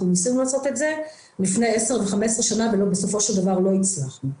אנחנו ניסינו לעשות את זה לפני 10 ו-15 שנה ובסופו של דבר לא הצלחנו.